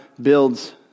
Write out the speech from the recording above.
builds